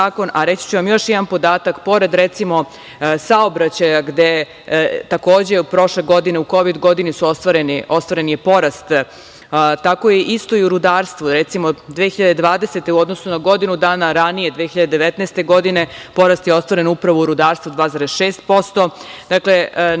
a reći ću vam još jedan podatak, pored recimo saobraćaja gde je takođe u prošloj godini, u kovid godini ostvaren je porast, tako je isto i u rudarstvu – recimo, 2020. godine u odnosu na godinu dana ranije, 2019. godine, porast je ostvaren upravo u rudarstvu 2,6%. Najveći